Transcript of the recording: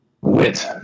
wit